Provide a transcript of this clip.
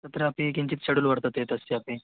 तत्रापि किञ्चित् शेड्यूल् वर्तते तस्यापि